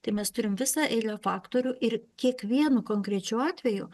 tai mes turim visą eilę faktorių ir kiekvienu konkrečiu atveju